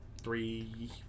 three